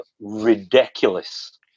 Ridiculous